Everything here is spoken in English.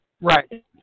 Right